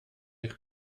eich